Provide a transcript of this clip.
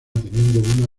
teniendo